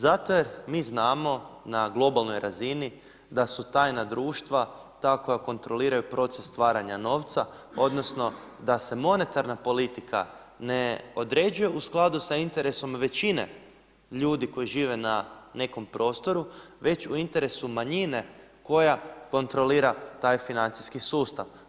Zato jer mi znamo na globalnoj razini da su tajna društva ta koja kontroliraju proces stvaranja novca odnosno da se monetarna politika ne određuje u skladu sa interesom većine ljudi koji žive na nekom prostoru već u interesu manjine koja kontrolira taj financijski sustav.